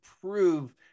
prove